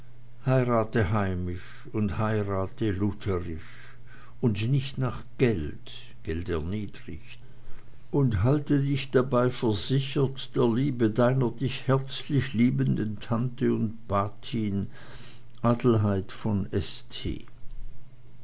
heirate heimisch und heirate lutherisch und nicht nach geld geld erniedrigt und halte dich dabei versichert der liebe deiner dich herzlich liebenden tante und patin adelheid von